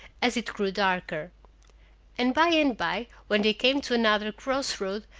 as it grew darker and by and by when they came to another cross-road,